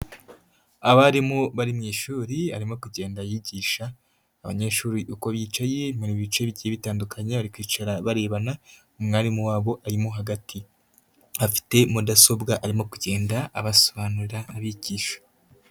Abarimu bari mu ishuri, arimo kugenda yigisha abanyeshuri uko bicaye mu bice bigiye bitandukanye, bari kwicara barebana, umwarimu wabo arimo hagati, afite mudasobwa, arimo kugenda abasobanurira abigisha.